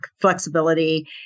flexibility